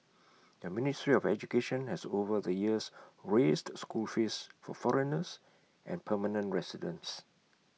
the ministry of education has over the years raised school fees for foreigners and permanent residents